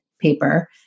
paper